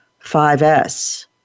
5S